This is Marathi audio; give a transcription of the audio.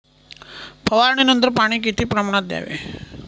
फवारणीनंतर पाणी किती प्रमाणात द्यावे?